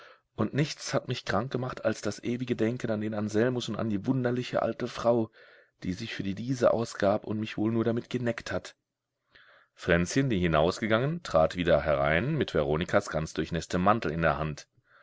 und nichts hat mich krank gemacht als das ewige denken an den anselmus und an die wunderliche alte frau die sich für die liese ausgab und mich wohl nur damit geneckt hat fränzchen die hinausgegangen trat wieder herein mit veronikas ganz durchnäßtem mantel in der hand